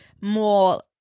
more